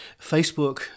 Facebook